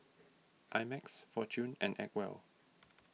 I Max fortune and Acwell